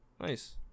nice